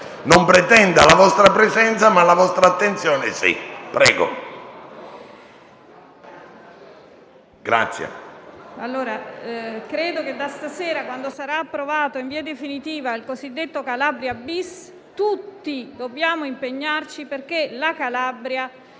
non pretenda la vostra presenza, ma la vostra attenzione sì.